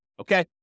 Okay